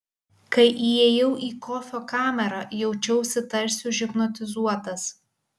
kai įėjau į kofio kamerą jaučiausi tarsi užhipnotizuotas